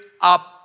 up